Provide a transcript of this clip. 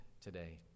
today